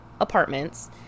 apartments